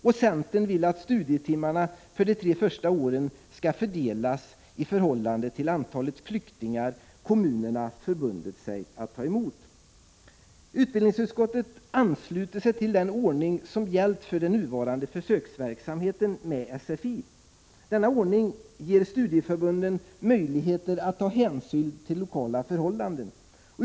Centern vill att studietimmarna för de tre första åren skall fördelas i förhållande till det antal flyktingar kommunerna förbundit sig att ta emot. Utbildningsutskottet ansluter sig till den ordning som gällt för den nuvarande försöksverksamheten med sfi. Denna ordning ger studieförbunden möjligheter att ta hänsyn till lokala förhållanden.